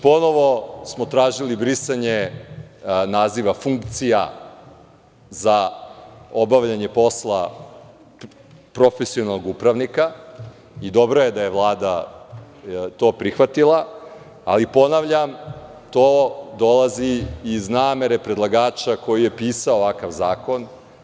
Ponovo smo tražili brisanje naziva funkcija za obavljanje posla profesionalnog upravnika i dobro je da je Vlada to prihvatila, ali, ponavljam, to dolazi iz namere predlagača koji je pisao ovakav zakon.